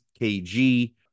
KG